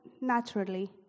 naturally